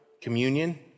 communion